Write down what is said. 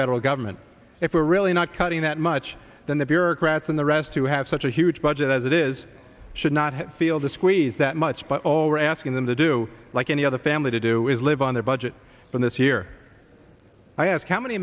federal government if we're really not cutting that much which then the bureaucrats in the rest who have such a huge budget as it is should not feel the squeeze that much but all we're asking them to do like any other family to do is live on their budget for this year i ask how many